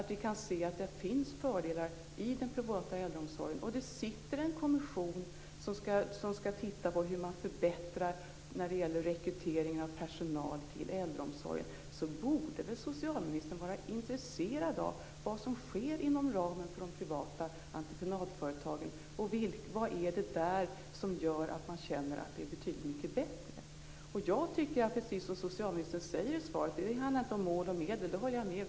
Om vi nu kan se att det finns fördelar i den privata äldreomsorgen och det sitter en kommission som skall titta på hur man förbättrar när det gäller rekrytering av personal till äldreomsorgen borde väl socialministern vara intresserad av vad som sker inom ramen för de privata entreprenadföretagen och vad det är där som gör att man känner att det är betydligt mycket bättre. Jag tycker, precis som socialministern säger i svaret, att det inte handlar om mål och medel; det håller jag med om.